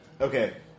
Okay